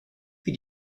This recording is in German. wie